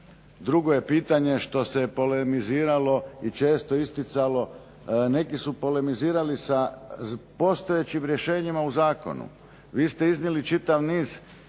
Drugo je pitanje što se polemiziralo i često isticalo, neki su polemizirali sa postojećim rješenjima u zakonu. Vi ste iznijeli čitav niz